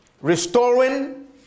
Restoring